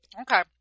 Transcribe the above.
Okay